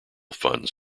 funds